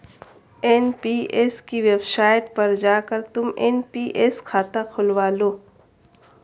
NPS की website पर जाकर तुम एन.पी.एस खाता खुलवा लो